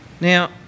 Now